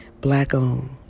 black-owned